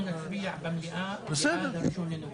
אנחנו נצביע במליאה בעד ה-1 בנובמבר.